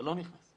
מאיפה הוא מגיע.